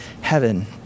heaven